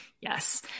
Yes